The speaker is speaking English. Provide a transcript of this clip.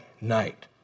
night